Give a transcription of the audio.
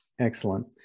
Excellent